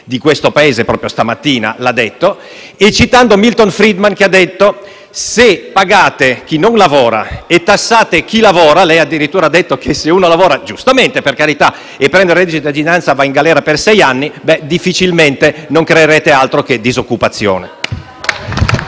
di questo Paese, e citando Milton Friedman, che ha detto: se pagate chi non lavora e tassate chi lavora (lei addirittura ha detto che se uno lavora - giustamente, per carità - e prende il reddito di cittadinanza va in galera per sei anni), difficilmente creerete altro che disoccupazione.